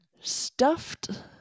Stuffed